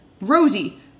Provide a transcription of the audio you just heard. Rosie